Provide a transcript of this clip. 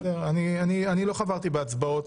אני לא חברתי בהצבעות